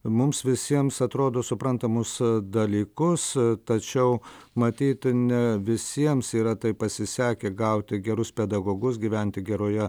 mums visiems atrodo suprantamus dalykus tačiau matyt ne visiems yra taip pasisekę gauti gerus pedagogus gyventi geroje